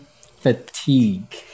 fatigue